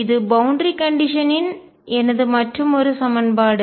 இது பவுண்டரி கண்டிஷன்யின் எல்லை நிபந்தனை எனது மற்றுமொரு சமன்பாடு